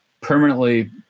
permanently